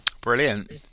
Brilliant